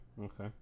okay